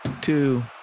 two